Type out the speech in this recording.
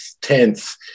tenth